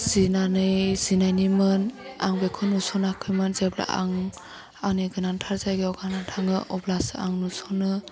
जिनायमोन आं बेखौ नुस'नाखैमोन जेब्ला आं आंनि गोनांथार जायगायाव गाननानै थाङो अब्लासो आं नुसनो